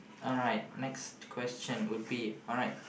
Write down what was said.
alright next question would be alright